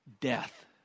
death